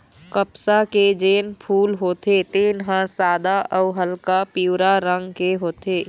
कपसा के जेन फूल होथे तेन ह सादा अउ हल्का पीवरा रंग के होथे